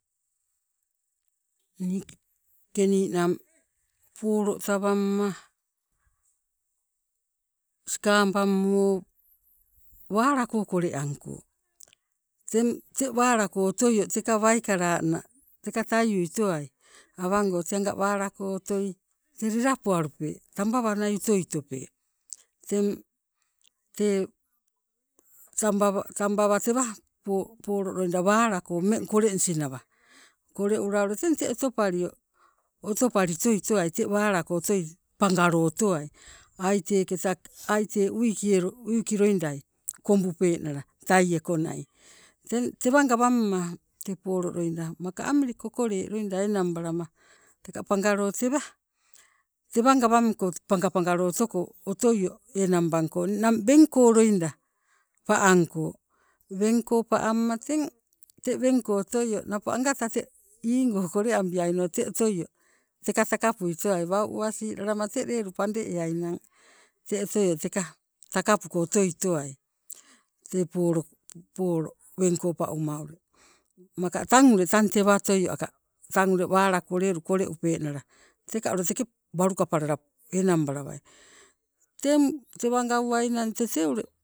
Niike ninang polo tawamma sikabammo wala koleangko, teng te walako otoio teka waikalana teka taiui towai awango te aga wala ko otoi te lelapowalupe tabawa nai otoitope. Teng tee tamba tambawa tewa po- polo loida walako ummeng kolonisi nawa, koleula teng te otopalio otopali toitowai te walako otoi pangalo otowai, ai tee keta ai tee wuiki loidai kombupenala taieko nai, teng tewa gawamma tee polo loida maka amili kokole loida enang balama teka pangalo tewa, tewa gawangko pangapagalo otoko otoio enang bangko ninang bengko loida pa'angko, bengko pa amma teng te bengko otoio napo angata te ingo koleabiaino otoio teka taka puitowai wau uwasilalama te lelu pande eainang te otoio teka takapuko otoi towai tee polo bengko pa'uma ule, maka tang ule tang tewa otoio aka tang ule wala ko lelu koleupenala teka ule teke walukapalala enang balawai. Teng tewa gauwainang tete ule